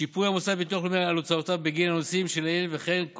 שיפוי המוסד לביטוח לאומי על הוצאותיו בגין הנושאים שלעיל וכן על